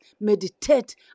meditate